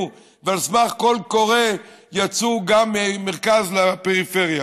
ועל סמך קול קורא יצאו מהמרכז לפריפריה.